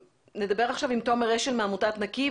נדבר עכשיו עם תומר אשל מעמותת נקי,